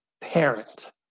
Parent